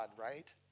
right